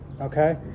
Okay